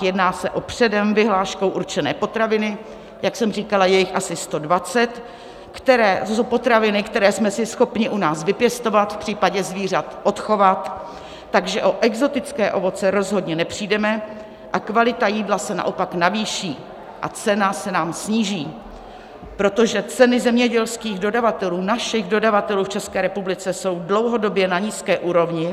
Jedná se o předem vyhláškou určené potraviny, jak jsem říkala, je jich asi 120, a to jsou potraviny, které jsme si schopni u nás vypěstovat, v případě zvířat odchovat, takže o exotické ovoce rozhodně nepřijdeme, kvalita jídla se naopak navýší a cena se nám sníží, protože ceny zemědělských dodavatelů, našich dodavatelů v České republice, jsou dlouhodobě na nízké úrovni.